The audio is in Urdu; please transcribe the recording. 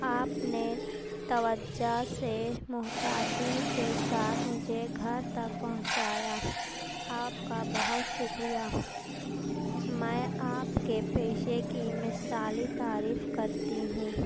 آپ نے توجہ سے محتاطی کے ساتھ مجھے گھر تک پہنچایا آپ کا بہت شکریہ میں آپ کے پیشے کی مثالی تعریف کرتی ہوں